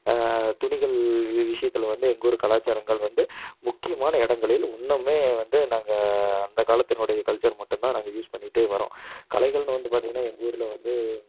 துணிகள் விஷயத்தில் வந்து எங்கூர் கலாச்சாரங்கள் வந்து முக்கியமான இடங்களில் இன்னமுமே வந்து நாங்கள் அந்தக் காலத்தினுடைய கல்ச்சர் மட்டுந்தான் நாங்கள் யூஸ் பண்ணிகிட்டே வரோம் கலைகள்னு வந்து பார்த்திங்கனா எங்கூரில் வந்து